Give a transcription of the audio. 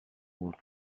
rôle